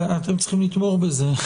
אתם צריכים לתמוך בזה.